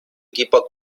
equipo